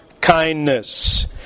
kindness